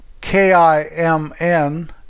KIMN